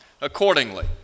accordingly